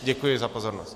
Děkuji za pozornost.